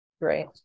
Great